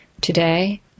Today